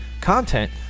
content